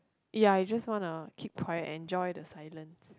ya you just wanna keep quiet enjoy the silence